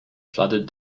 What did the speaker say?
flooded